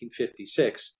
1956